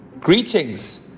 Greetings